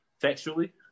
Sexually